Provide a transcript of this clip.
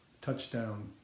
touchdown